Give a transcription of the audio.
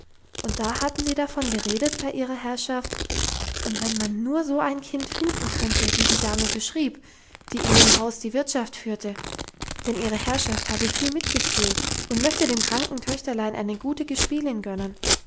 und da haben sie so davon geredet bei ihrer herrschaft und wenn man nur so ein kind finden könnte wie die dame beschrieb die in dem haus die wirtschaft führte denn ihre herrschaft habe viel mitgefühl und möchte dem kranken töchterlein eine gute gespielin gönnen